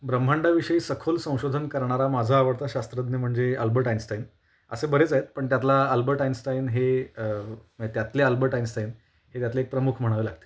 ब्रह्मांडविषयी सखोल संशोधन करणारा माझा आवडता शास्त्रज्ञ म्हणजे अल्बर्ट आइन्स्टाइन असे बरेच आहेत पण त्यातला अल्बर्ट आइन्स्टाइन हे त्यातले अल्बर्ट आइन्स्टाइन हे त्यातले एक प्रमुख म्हणावे लागतील